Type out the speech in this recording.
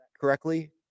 correctly